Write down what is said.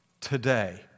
today